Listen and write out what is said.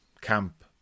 camp